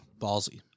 Ballsy